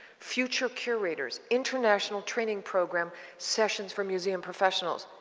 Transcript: future curators, international training program, sessions for museum professionals.